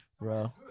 bro